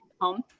home